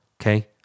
okay